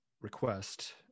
request